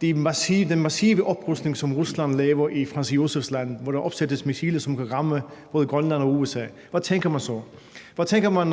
den massive oprustning, som Rusland laver i Franz Josefs Land, hvor der opsættes missiler, som kan ramme både Grønland og USA, hvad tænker man så? Hvad tænker man,